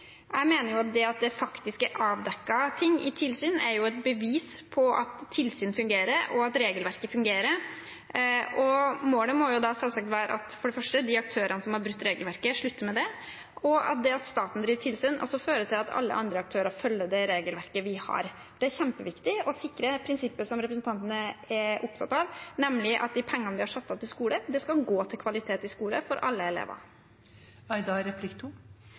Jeg mener at det at det faktisk er avdekket ting i tilsyn, er et bevis på at tilsyn fungerer, og at regelverket fungerer. Målet må da for det første selvsagt være at de aktørene som har brutt regelverket, slutter med det, og for det andre at det at staten driver tilsyn, fører til at alle andre aktører følger regelverket vi har. Det er kjempeviktig å sikre prinsippet som representanten er opptatt av, nemlig at pengene vi har satt av til skole, skal gå til kvalitet i skole for alle elever.